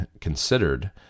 considered